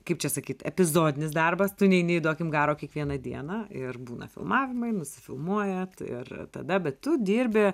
kaip čia sakyt epizodinis darbas tu neini į duokim garo kiekvieną dieną ir būna filmavimai nusifilmuojat ir tada bet tu dirbi